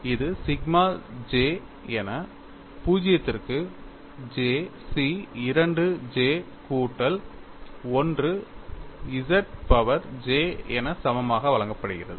இது sigma j என 0 க்கு J C 2 j கூட்டல் 1 z பவர் j என சமமாக வழங்கப்படுகிறது